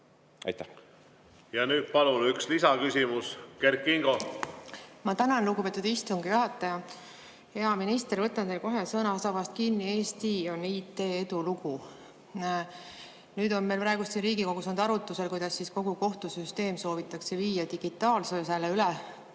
Ja nüüd palun üks lisaküsimus, Kert Kingo! Ma tänan, lugupeetud istungi juhataja! Hea minister! Võtan teil sõnasabast kinni: Eesti on IT‑edulugu. Nüüd on meil siin Riigikogus olnud arutusel, kuidas kogu kohtusüsteem soovitakse viia digitaalsele